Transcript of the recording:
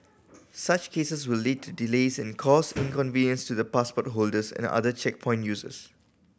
such cases will lead to delays and cause inconvenience to the passport holders and other checkpoint users